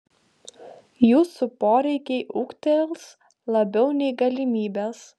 jūsų poreikiai ūgtels labiau nei galimybės